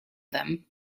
them